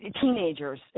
teenagers